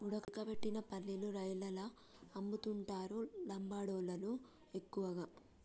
ఉడకబెట్టిన పల్లీలను రైలల్ల అమ్ముతుంటరు లంబాడోళ్ళళ్లు ఎక్కువగా